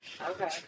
Okay